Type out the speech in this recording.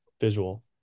visual